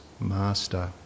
master